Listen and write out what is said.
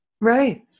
Right